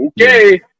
Okay